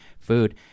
food